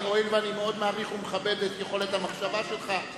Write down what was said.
הואיל ואני מאוד מעריך ומכבד את יכולת המחשבה שלך,